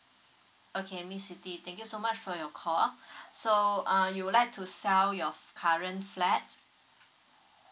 okay miss siti thank you so much for your call so uh you would like to sell your f~ current flat